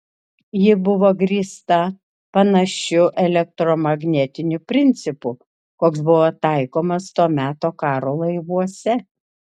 ji buvo grįsta panašiu elektromagnetiniu principu koks buvo taikomas to meto karo laivuose